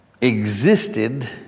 existed